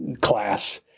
class